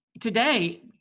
today